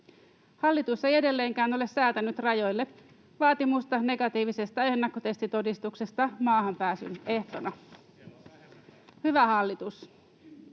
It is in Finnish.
Hallitus ei edelleenkään ole säätänyt rajoille vaatimusta negatiivisesta ennakkotestitodistuksesta maahanpääsyn ehtona. Hyvä hallitus,